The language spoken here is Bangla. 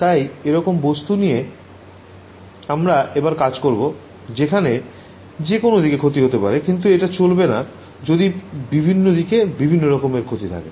তাই এরকম বস্তু নিয়ে আমরা এবার কাজ করবো যেখানে যে কোন দিকে ক্ষয় হতে পারে কিন্তু এটা চলবে না যদি বিভিন্ন দিকে বিভিন্ন ক্ষয় থাকে